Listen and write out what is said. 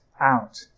out